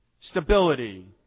stability